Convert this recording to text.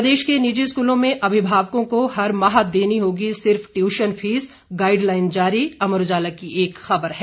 प्रदेश के निजी स्कूलों में अभिभावकों को हर माह देनी होगी सिर्फ ट्यूशन फीस गाईड लाईन जारी अमर उजाला की एक खबर है